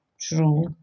true